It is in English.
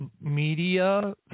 media